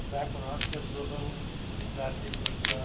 back when our kids were little that there was